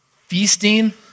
feasting